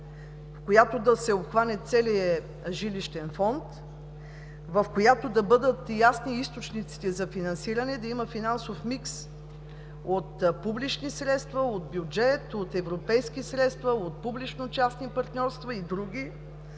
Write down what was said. която да обхване целия жилищен фонд, в която да бъдат ясни източниците за финансиране, да има финансов микс от публични средства, от бюджет, от европейски средства, от публично-частни партньорства и други,